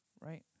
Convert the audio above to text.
right